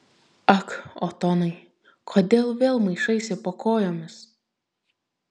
ak otonai kodėl vėl maišaisi po kojomis